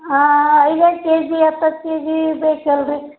ಹಾಂ ಐದೈದು ಕೆಜಿ ಹತ್ತತ್ತು ಕೆಜಿ ಬೇಕಲ್ಲ ರೀ